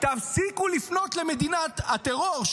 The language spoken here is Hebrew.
תפסיקו לפנות למדינת הטרור,